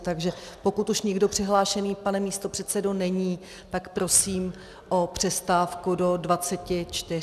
Takže pokud už nikdo přihlášený, pane místopředsedo není, tak prosím o přestávku do dvaceti čtyř.